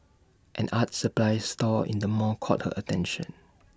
an art supplies store in the mall caught her attention